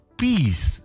peace